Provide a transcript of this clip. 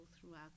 throughout